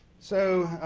so,